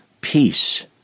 Peace